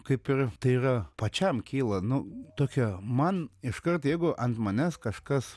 kaip ir tai yra pačiam kyla nu tokia man iškart jeigu ant manęs kažkas